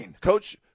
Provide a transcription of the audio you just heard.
Coach